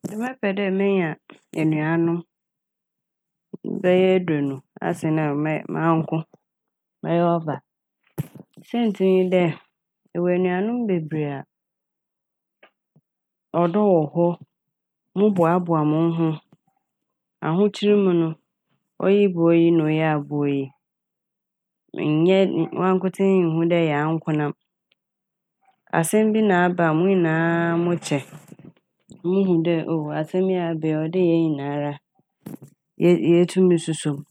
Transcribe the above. Nkyɛ mɛpɛ dɛ menya enuanom bɛyɛ eduonu asen dɛ mɛy- ma nko mɛyɛ ɔba saintsir nye dɛ ewɔ enuanom bebree a ɔdɔ wɔ hɔ, moboaboa mo ho, ahokyer mu no oyi boa oyi na oyi aboa oyi, menny- wankotsee nnhu dɛ eyɛ ankonam. Asɛm bi na aba a mo nyinaa mokyɛ, mohu dɛ oh asɛm yi a aba yi ɔwɔ dɛ hɛn nyinara ye- yetum susuo m'.